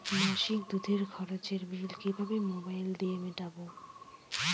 মাসিক দুধের খরচের বিল কিভাবে মোবাইল দিয়ে মেটাব?